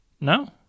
No